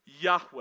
Yahweh